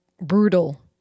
brutal